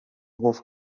hof